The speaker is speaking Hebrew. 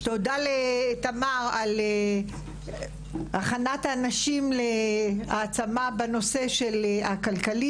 תודה לתמר על הכנת הנשים להעצמה בנושא הכלכלי,